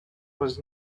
was